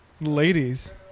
Ladies